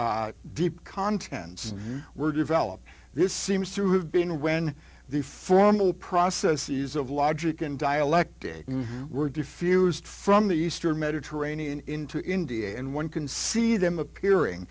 s deep contents were developed this seems to have been when the formal process ease of logic and dialect they were diffused from the eastern mediterranean into india and one can see them appearing